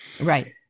right